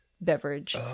beverage